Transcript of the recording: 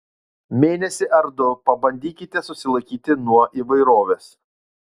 mėnesį ar du pabandykite susilaikyti nuo įvairovės